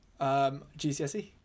GCSE